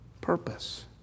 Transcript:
Purpose